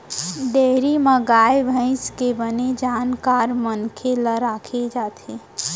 dairy म गाय भईंस के बने जानकार मनसे ल राखे जाथे